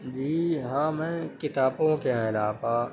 جی ہاں میں کتابوں کے علاوہ